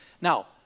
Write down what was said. Now